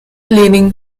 leaning